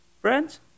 Friends